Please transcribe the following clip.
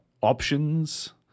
options